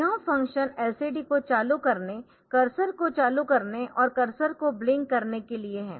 यह function LCD को चालू करने कर्सर को चालू करने और कर्सर को ब्लिंक करने के लिए है